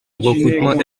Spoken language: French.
recrutement